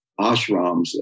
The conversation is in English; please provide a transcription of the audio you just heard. ashrams